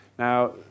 Now